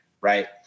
right